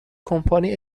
کمپانی